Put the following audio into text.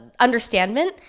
understandment